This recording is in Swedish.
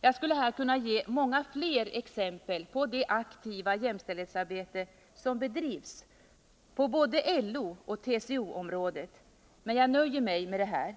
Jag skulle här kunna ge många fler exempel på det aktiva jämställdhetsarbete som bedrivs både på LO och på TCO-området men nöjer mig med detta.